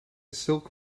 silk